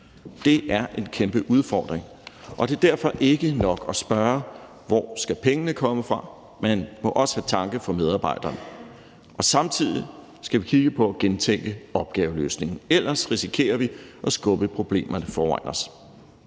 Det er en kæmpe udfordring, og det er derfor ikke nok at spørge, hvor pengene skal komme fra, men man må også have tanke for medarbejdere. Samtidig skal vi kigge på at gentænke opgaveløsningen – ellers risikerer vi at skubbe problemerne foran os.